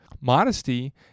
Modesty